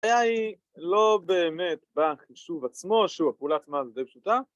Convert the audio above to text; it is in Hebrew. ‫הבעיה היא לא באמת בחישוב עצמו. ‫שוב, הפעולה עצמה הזו די פשוטה